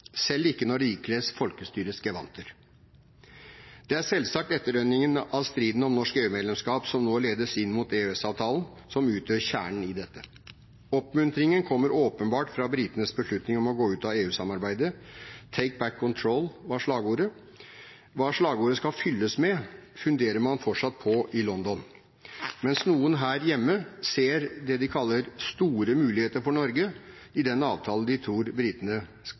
selv ikke når det ikles folkestyrets gevanter. Det er selvsagt etterdønningene etter striden om norsk EU-medlemskap, som nå ledes inn mot EØS-avtalen, som utgjør kjernen i dette. Oppmuntringen kommer åpenbart fra britenes beslutning om å gå ut av EU-samarbeidet. «Take back control» var slagordet. Hva slagordet skal fylles med, funderer man fortsatt på i London, mens noen her hjemme ser det de kaller «store muligheter for Norge» i den avtalen de tror